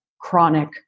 chronic